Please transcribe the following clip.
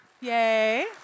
Yay